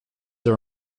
are